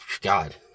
god